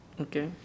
Okay